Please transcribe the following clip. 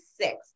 six